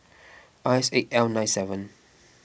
I S eight L nine seven